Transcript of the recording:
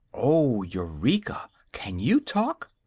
oh, eureka! can you talk?